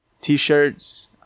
T-shirts